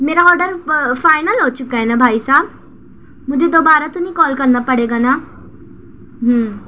میرا order final ہوچکا ہے نہ بھائی صاحب مجھے دوبارہ تو نہیں کال کرنا پڑے گا نا ہوں